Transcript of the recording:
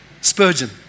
Spurgeon